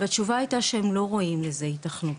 והתשובה הייתה שהם לא רואים בזה ייתכנות.